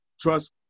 Trust